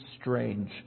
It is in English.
strange